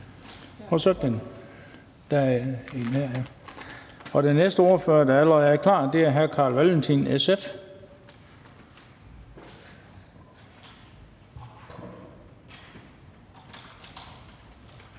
Den næste ordfører, der allerede er klar, at hr. Carl Valentin, SF.